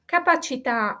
Capacità